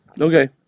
Okay